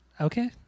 Okay